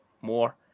more